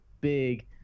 big